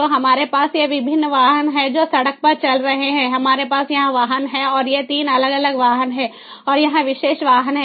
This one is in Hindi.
तो हमारे पास ये विभिन्न वाहन हैं जो सड़क पर चल रहे हैं हमारे पास यह वाहन है और ये 3 अलग अलग वाहन हैं और यह विशेष वाहन है